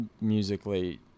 musically